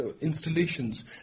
installations